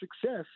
success